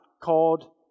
called